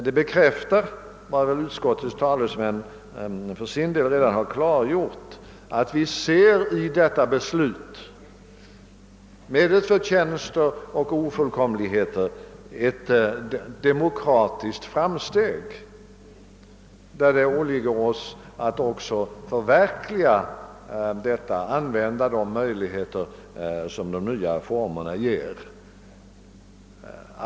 Det bekräftar vad utskottets talesmän för sin del redan klargjort, nämligen att vi i detta beslut med dess förtjänster och ofullkomligheter ser ett demokratiskt framsteg. Det åligger oss att använda de möjligheter som de nya formerna ger.